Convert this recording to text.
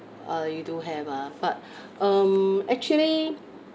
uh you do have ah but um actually